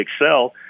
excel